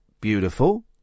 beautiful